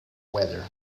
weather